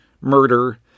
murder